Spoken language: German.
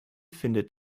findet